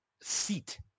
seat